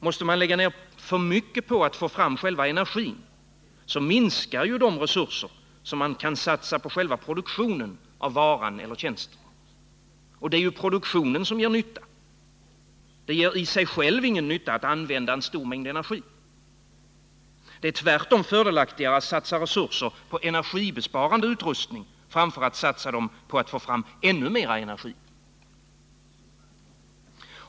Måste man lägga ner för mycket möda på att få fram själva energin, minskar de resurser som kan satsas på själva produktionen av varan eller tjänsten. Och det är ju produktionen som gör nytta. Det gör i sig ingen nytta att använda en stor mängd energi. Det är tvärtom fördelaktigare att satsa resurser på energibesparande utrustning framför att satsa dem på att få fram ännu mer energi.